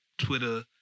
Twitter